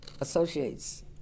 associates